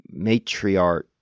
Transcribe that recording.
matriarch